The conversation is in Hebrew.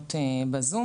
לעלות בזום.